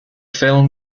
film